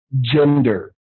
gender